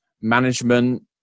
management